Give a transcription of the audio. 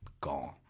gone